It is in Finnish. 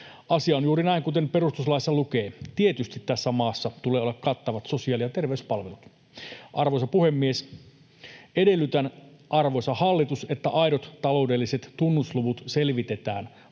Asia on juuri näin, kuten perustuslaissa lukee: tietysti tässä maassa tulee olla kattavat sosiaali- ja terveyspalvelut. Arvoisa puhemies! Edellytän, arvoisa hallitus, että aidot taloudelliset tunnusluvut selvitetään